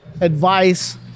advice